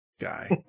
guy